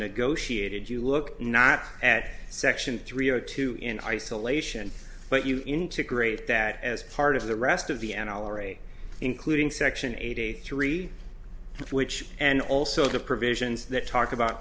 negotiated you look not at section three o two in isolation but you integrate that as part of the rest of the n r a including section eighty three which and also the provisions that talk about